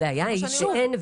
הבעיה היא שאין,